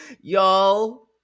Y'all